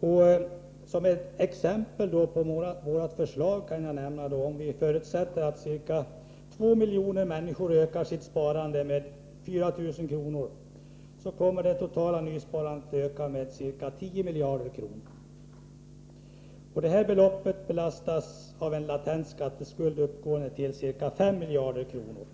För att belysa vårt förslag kan jag nämna, att om vi förutsätter att ca 2 miljoner människor ökar sitt sparande med 4 000 kr. vardera, kommer det totala nysparandet att öka med ca 10 miljarder kronor. Detta belopp belastas av en latent skatteskuld uppgående till ca 5 miljarder kronor,